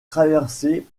traversée